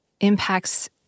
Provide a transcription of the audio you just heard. impacts